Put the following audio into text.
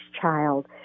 child